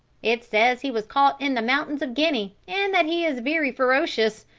it says he was caught in the mountains of guinea and that he is very ferocious.